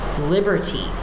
liberty